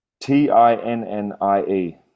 T-I-N-N-I-E